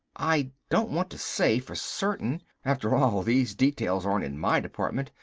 i don't want to say for certain. after all these details aren't in my department,